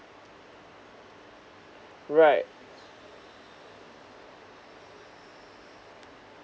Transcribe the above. right